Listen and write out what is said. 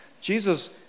Jesus